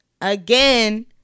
Again